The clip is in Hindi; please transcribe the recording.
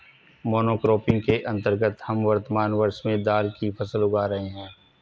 मोनोक्रॉपिंग के अंतर्गत हम वर्तमान वर्ष में दाल की फसल उगा रहे हैं